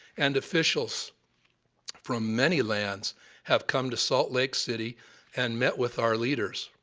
and officials from many lands have come to salt lake city and met with our leaders.